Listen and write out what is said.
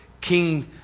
King